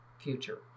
future